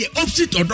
opposite